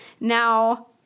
Now